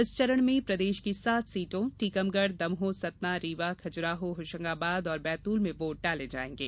इस चरण में प्रदेश की सात सीटों टीकमगढ़ दमोह सतना रीवा खजुराहो होशंगाबाद और बैतूल में वोट डाले जायेंगे